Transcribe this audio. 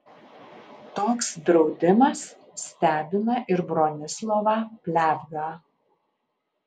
toks draudimas stebina ir bronislovą pliavgą